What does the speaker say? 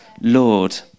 Lord